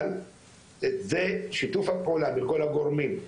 אבל את זה, שיתוף הפעולה בין כל הגורמים,